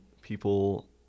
people